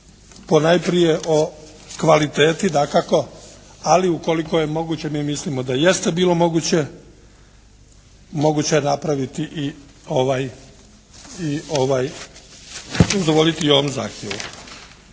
ponajprije o kvaliteti dakako ali ukoliko je moguće, mi mislimo da jeste bilo moguće, napraviti i udovoljiti ovom zahtjevu.